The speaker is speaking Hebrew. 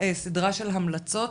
סדרה של המלצות?